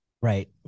Right